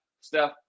Steph